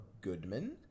Goodman